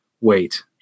wait